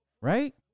Right